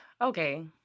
okay